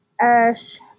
Ash